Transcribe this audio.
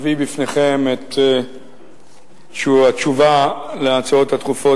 אביא בפניכם את התשובה להצעות הדחופות